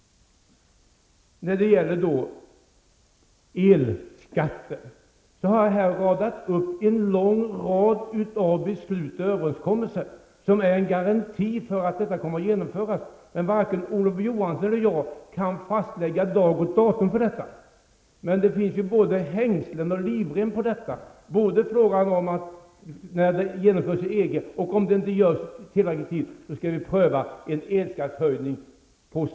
När det gäller elskatten har jag här radat upp en lång rad av beslut och överenskommelser som garanterar att en höjning kommer att genomföras. Men varken Olof Johansson eller jag kan fastlägga dag och datum för detta. Men det finns ju både hängslen och livrem på den garantin. Vi skall först avvakta när detta skall genomföras i EG, och om inte det sker där i tid skall det ske en prövning av en elskattehöjning.